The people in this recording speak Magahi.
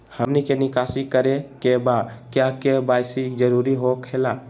हमनी के निकासी करे के बा क्या के.वाई.सी जरूरी हो खेला?